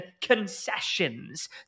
concessions